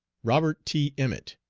robert t. emmet,